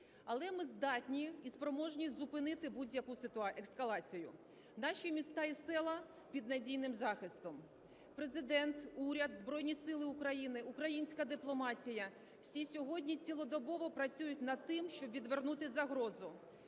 Але ми здатні і спроможні зупинити будь-яку ескалацію, наші міста і села під надійним захистом. Президент, уряд, Збройні Сили України, українська дипломатія – всі сьогодні цілодобово працюють над тим, щоб відвернути загрозу.